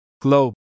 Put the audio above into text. Globe